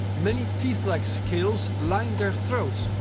many teeth-like scales line their throats,